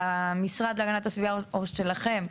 למשרד להגנת הסביבה או שלכם?